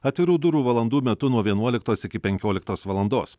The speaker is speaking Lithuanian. atvirų durų valandų metu nuo vienuoliktos iki penkioliktos valandos